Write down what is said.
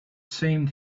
seemed